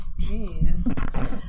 Jeez